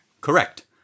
Correct